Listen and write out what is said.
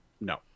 no